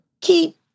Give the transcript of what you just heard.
Keep